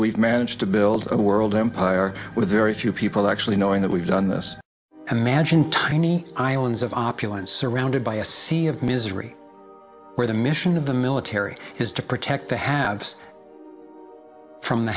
we've managed to build a world empire with very few people actually knowing that we've done this and imagine tiny islands of opulence surrounded by a sea of misery where the mission of the military has to protect the habs from the